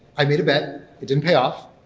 i made a bet. it didn't payoff.